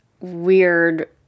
weird